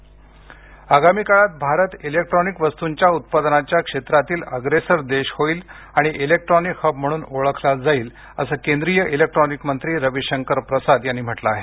रविशंकर प्रसाद आगामी काळात भारत इलेक्ट्रॉनिक वस्तूंच्या उत्पादनाच्या क्षेत्रातील अग्रेसर देश होईल आणि इलेक्ट्रॉनिक हब म्हणून ओळखला जाईल असं केंद्रीय इलेक्ट्रॉनिक मंत्री रविशंकर प्रसाद यांनी म्हटलं आहे